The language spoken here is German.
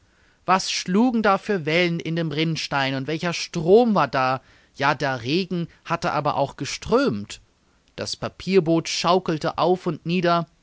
was schlugen da für wellen in dem rinnstein und welcher strom war da ja der regen hatte aber auch geströmt das papierboot schaukelte auf und nieder